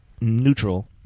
neutral